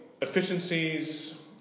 efficiencies